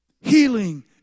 Healing